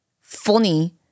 funny